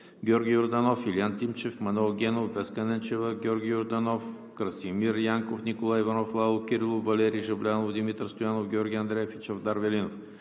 Георги Йорданов, Илиян Тимчев; Манол Генов; Веска Ненчева, Георги Йорданов; Красимир Янков, Николай Иванов, Лало Кирилов, Валери Жаблянов, Димитър Стоянов, Георги Андреев и Чавдар Велинов.